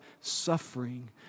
suffering